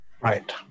Right